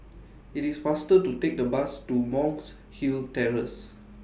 IT IS faster to Take The Bus to Monk's Hill Terrace